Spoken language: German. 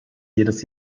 jedes